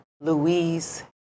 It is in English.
Louise